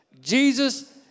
Jesus